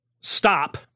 stop